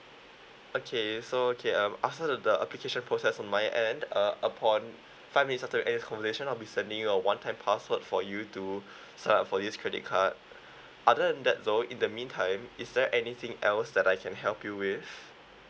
okay so okay um I'll start up the application process on my end uh upon five minutes after this conversation I'll be sending you a one-time password for you to sign up for this credit card other than that though in the meantime is there anything else that I can help you with